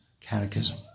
catechism